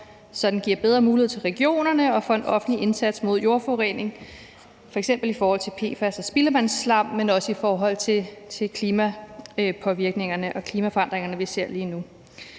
så den giver bedre muligheder til regionerne og bedre muligheder for en offentlig indsats mod jordforurening. Det er f.eks. i forhold til PFAS og spildevandsslam, men også i forhold til klimapåvirkningerne og klimaforandringerne, vi ser lige nu.